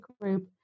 group